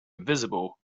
invisible